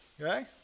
Okay